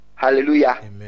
Hallelujah